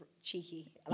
cheeky